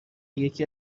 یکی